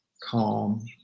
calm